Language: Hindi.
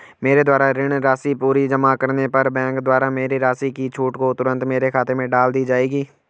मेरे द्वारा ऋण राशि पूरी जमा करने पर बैंक द्वारा मेरी राशि की छूट को तुरन्त मेरे खाते में डाल दी जायेगी?